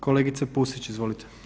Kolegice Pusić, izvolite.